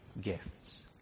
gifts